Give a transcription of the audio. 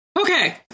Okay